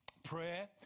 prayer